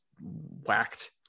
whacked